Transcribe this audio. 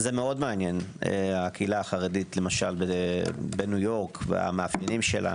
זה מאוד מעניין הקהילה החרדית למשל בניו יורק והמאפיינים שלה.